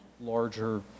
larger